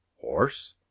horse